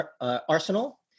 arsenal